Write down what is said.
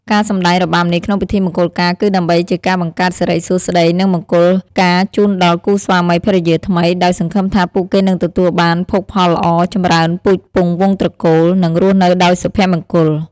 ការសម្តែងរបាំនេះក្នុងពិធីមង្គលការ គឺដើម្បីជាការបង្កើតសិរីសួស្ដី និងមង្គលការជូនដល់គូស្វាមីភរិយាថ្មី ដោយសង្ឃឹមថាពួកគេនឹងទទួលបានភោគផលល្អ ចម្រើនពូជពង្សវង្សត្រកូល និងរស់នៅដោយសុភមង្គល។